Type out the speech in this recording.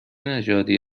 نژادی